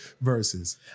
verses